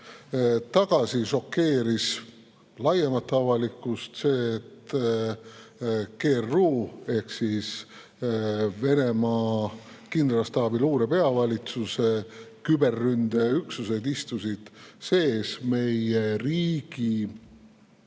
tagasi šokeeris laiemat avalikkust see, et GRU ehk Venemaa kindralstaabi luure peavalitsuse küberründeüksused istusid sees meie riigi